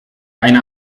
eine